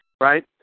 right